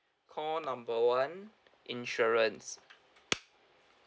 call number one insurance